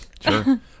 Sure